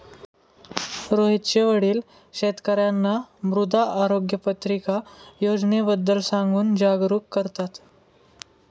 रोहितचे वडील शेतकर्यांना मृदा आरोग्य पत्रिका योजनेबद्दल सांगून जागरूक करतात